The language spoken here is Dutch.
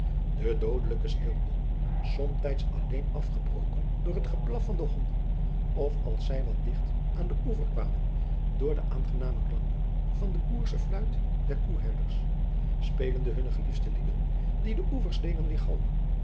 de doodelijke stilte somtijds alleen afgebroken door het geblaf van de honden of als zij wat digt aan den oever kwamen door den aangenamen klank van de boersche fluit der koeherders spelende hunne geliefdste liederen die de oevers